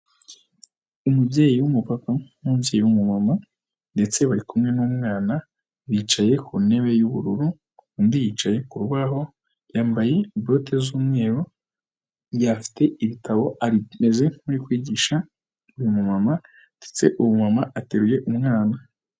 Umubyeyi w'umu papa n'umubyeyi w'umu mama ndetse bari kumwe n'umwana, bicaye ku ntebe y'ubururu, undi yicaye ku rubaho yambaye bote z'umweru, afite ibitabo, ameze nkuri kwigisha uyu mu mama, ndetse uyu mumama ateruye umwana.